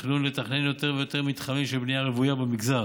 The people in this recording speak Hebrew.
התכנון לתכנן יותר ויותר מתחמים של בנייה רוויה במגזר.